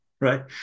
right